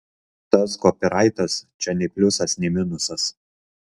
tas kopyraitas čia nei pliusas nei minusas